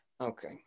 Okay